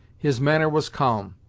his manner was calm,